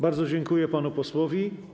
Bardzo dziękuję panu posłowi.